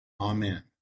Amen